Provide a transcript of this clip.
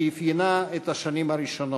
שאפיינה את השנים הראשונות,